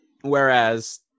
Whereas